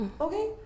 Okay